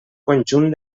conjunt